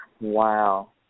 Wow